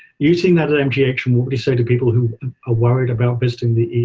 you seen that at mgh, and what would you say to people who are worried about visiting the